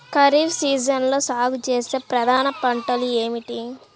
ఖరీఫ్ సీజన్లో సాగుచేసే ప్రధాన పంటలు ఏమిటీ?